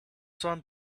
sand